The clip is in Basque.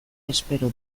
espero